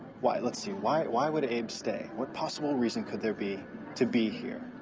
why? let's see, why why would abe stay? what possible reason could there be to be here?